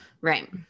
Right